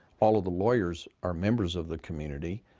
all of the lawyers are members of the community,